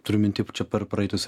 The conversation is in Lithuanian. turiu minty čia per praeitus